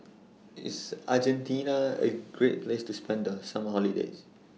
IS Argentina A Great Place to spend The Summer Holiday